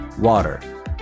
Water